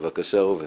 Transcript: בבקשה, ראובן.